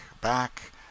back